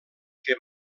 que